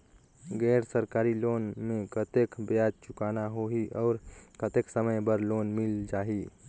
गैर सरकारी लोन मे कतेक ब्याज चुकाना होही और कतेक समय बर लोन मिल जाहि?